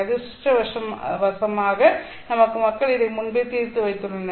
அதிர்ஷ்டவசமாக நமக்கு மக்கள் இதை முன்பே தீர்த்து வைத்துள்ளனர்